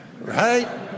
right